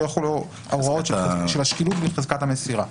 לא יחולו ההוראות של השקילות בחזקת המסירה.